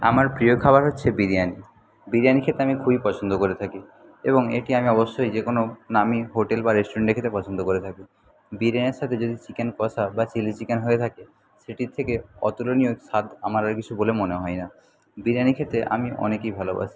আমার প্রিয় খাবার হচ্ছে বিরিয়ানি বিরিয়ানি খেতে আমি খুবই পছন্দ করে থাকি এবং এটি আমি অবশ্যই যে কোনো নামী হোটেল বা রেস্টুরেন্টে খেতে পছন্দ করে থাকি বিরিয়ানির সাথে যদি চিকেন কষা বা চিলি চিকেন হয়ে থাকে সেটির থেকে অতুলনীয় স্বাদ আমার আর কিছু বলে মনে হয় না বিরিয়ানি খেতে আমি অনেকই ভালোবাসি